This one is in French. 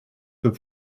peut